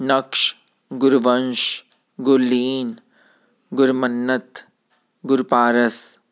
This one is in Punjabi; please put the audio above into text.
ਨਖਸ਼ ਗੁਰਬੰਸ਼ ਗੁਰਲੀਨ ਗੁਰਮੰਨਤ ਗੁਰਪਾਰਸ